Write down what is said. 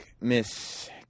Miss